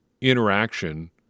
interaction